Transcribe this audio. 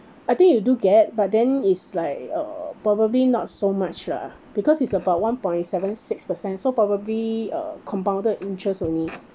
I think you do get but then is like uh probably not so much lah because is about one point seven six percent so probably uh compounded interest only